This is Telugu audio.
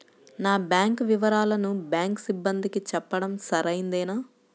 నా బ్యాంకు వివరాలను బ్యాంకు సిబ్బందికి చెప్పడం సరైందేనా?